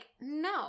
no